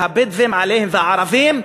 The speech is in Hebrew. והבדואים והערבים,